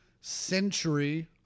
century